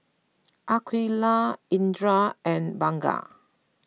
Aqilah Indra and Bunga